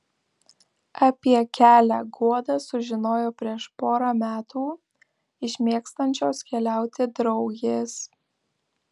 apie kelią guoda sužinojo prieš porą metų iš mėgstančios keliauti draugės